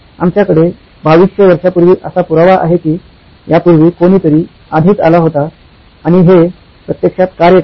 आमच्याकडे 2200 वर्षांपूर्वी असा पुरावा आहे की यापूर्वी कोणीतरी आधीच आला होता आणि हे प्रत्यक्षात कार्य करते